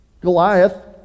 goliath